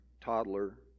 toddler